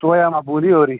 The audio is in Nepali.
चोयामा बुनिवरी